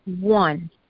one